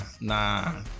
Nah